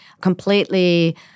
completely